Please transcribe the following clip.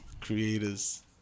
creators